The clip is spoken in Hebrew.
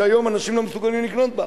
שהיום אנשים לא מסוגלים לקנות בה.